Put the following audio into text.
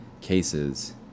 cases